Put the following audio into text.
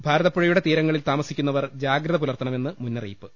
ഭാരതപ്പുഴയുടെ തീരങ്ങളിൽ താമ സിക്കുന്നവർ ജാഗ്രത പുലർത്തണമെന്ന് മുന്നറിയിപ്പ്